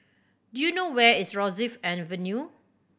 do you know where is Rosyth Avenue